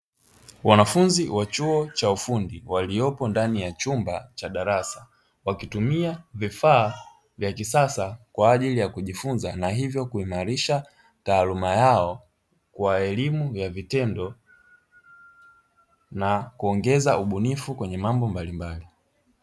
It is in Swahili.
Wanafunzi wa chuo cha ufundi waliopo ndani ya chumba cha darasa wakitumia vifaa vya kisasa, kwa ajili ya kujifunza na hivyo kuimarisha taaluma yao, kwa elimu ya vitendo, na kuongeza ubunifu kwenye mambo mbalimbali.